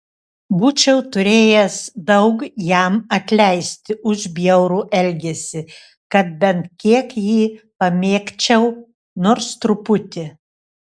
būčiau turėjęs daug jam atleisti už bjaurų elgesį kad bent kiek jį pamėgčiau nors truputį